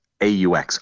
AUX